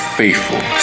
faithful